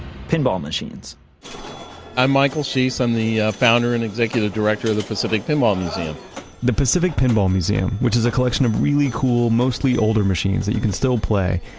pinball machines i'm michael schiess. i'm the founder and executive director of the pacific pinball museum the pacific pinball museum, which is a collection of really cool, mostly older machines that you can still play,